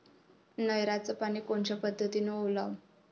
नयराचं पानी कोनच्या पद्धतीनं ओलाव?